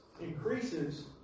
increases